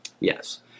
Yes